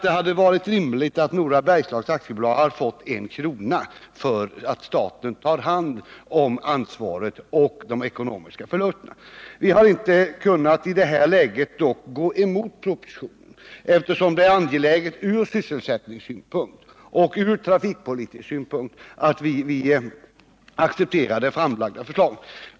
Det hade varit rimligt att Nora Bergslags Järnvägs AB hade fått en krona för att staten tar hand om ansvaret och de ekonomiska förlusterna. Vi har emellertid inte i detta läge kunnat gå emot propositionen, eftersom det är angeläget från sysselsättningssynpunkt och av trafikpolitiska skälatt vi accepterar det framlagda förslaget.